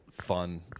fun